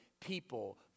people